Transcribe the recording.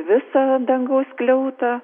visą dangaus skliautą